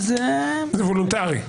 וולונטרי.